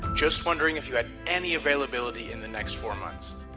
just wondering if you had any availability in the next four months,